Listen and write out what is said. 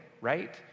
Right